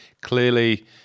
clearly